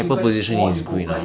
ya lah still